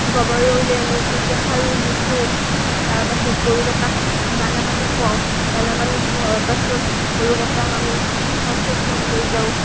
গোৱৰ এই উলিয়াই আনোঁ গোটেই সাৰোঁ মোচোঁ তাৰ পাছত গৰুকেইটাক দানা পানী খোৱাওঁ দানা পানী খোওঁৱাৰ পাছত গৰুকেইটাক আমি পাথৰত লৈ যাওঁ